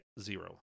zero